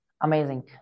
amazing